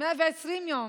120 יום.